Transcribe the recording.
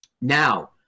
Now